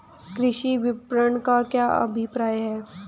कृषि विपणन का क्या अभिप्राय है?